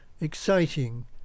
exciting